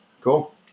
Cool